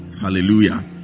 hallelujah